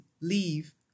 leave